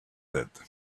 that